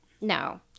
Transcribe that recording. No